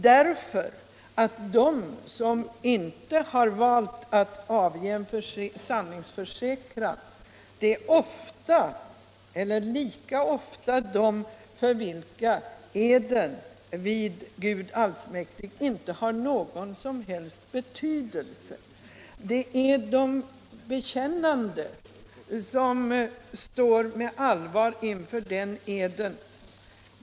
De som inte har valt att avge en sanningsförsäkran har ofta — eller lika ofta — varit de för vilka eden vid Gud Allsmäktig inte har någon som helst betydelse. Det är de bekännande som står med allvar inför den eden.